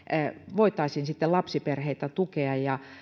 voitaisiin lapsiperheitä tukea